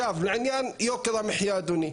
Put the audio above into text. לעניין יוקר המחיה, אדוני.